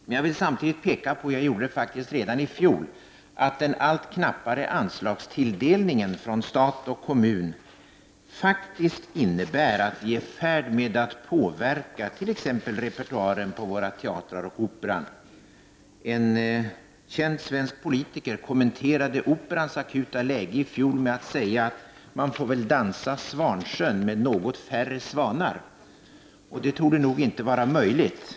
Men jag vill samtidigt peka på, vilket jag gjorde redan i fjol, att den allt knappare anslagstilldelningen från stat och kommun innebär att vi är i färd med att påverka repertoaren på våra teatrar och på Operan. En känd svensk politiker kommenterade i fjol Operans akuta läge med att säga: Man får väl dansa Svansjön med något färre svanar. Det torde nog inte vara möjligt.